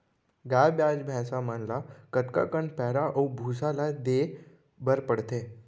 गाय ब्याज भैसा मन ल कतका कन पैरा अऊ भूसा ल देये बर पढ़थे?